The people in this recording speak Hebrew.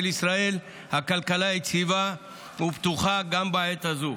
ישראל הכלכלה יציבה ופתוחה גם בעת הזו.